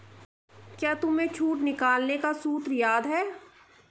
क्या तुम्हें छूट निकालने का सूत्र याद है?